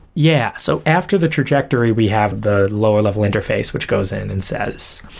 yeah. so after the trajectory, we have the lower-level interface which goes in and says,